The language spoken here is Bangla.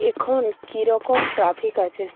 এখন কীরকম ট্রাফিক আছে